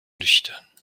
nüchtern